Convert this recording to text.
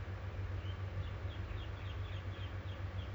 recently I just completed playing last of us two